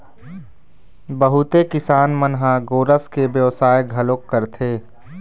बहुते किसान मन ह गोरस के बेवसाय घलोक करथे